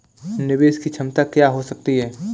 निवेश की क्षमता क्या हो सकती है?